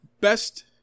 Best